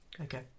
Okay